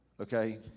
okay